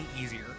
easier